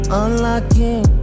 unlocking